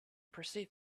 perceived